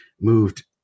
moved